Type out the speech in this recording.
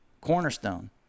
cornerstone